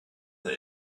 that